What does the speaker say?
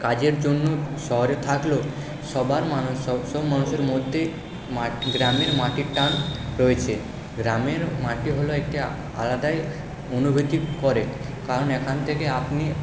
কাজের জন্য শহরে থাকলেও সবার মানুষ সবসময় মানুষের মধ্যেই গ্রামের মাটির টান রয়েছে গ্রামের মাটি হল একটি আলাদাই অনুভূতি করে কারণ এখান থেকে আপনি